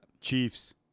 Chiefs